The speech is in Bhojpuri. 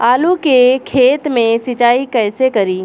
आलू के खेत मे सिचाई कइसे करीं?